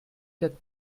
quatre